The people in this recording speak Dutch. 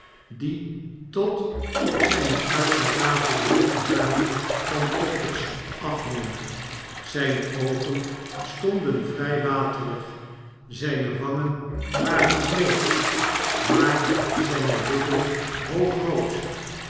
die tot op zijne uitgerafelde koeharen pantoffels afhingen zijne oogen stonden vrij waterig zijne wangen waren bleek maar zijne lippen hoogrood